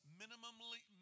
minimally